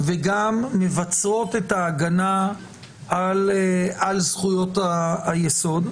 וגם מבצרות את ההגנה על זכויות היסוד,